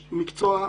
מקצוע,